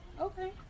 Okay